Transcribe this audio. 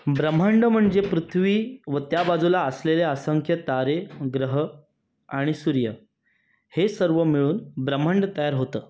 ब्रह्माण्ड म्हणजे पृथ्वी व त्या बाजूला असलेले असंख्य तारे ग्रह आणि सूर्य हे सर्व मिळून ब्रह्माण्ड तयार होतं